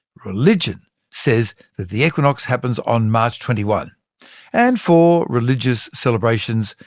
religion says that the equinox happens on march twenty one and for religious celebrations,